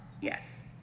yes